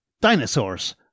Dinosaurs